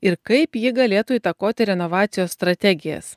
ir kaip ji galėtų įtakoti renovacijos strategijas